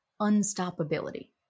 unstoppability